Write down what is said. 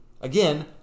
Again